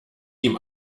ihm